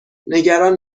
نگران